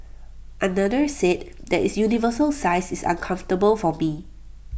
another said that its universal size is uncomfortable for me